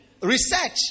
research